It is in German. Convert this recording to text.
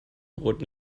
brot